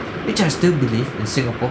which I still believe in singapore